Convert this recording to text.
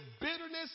bitterness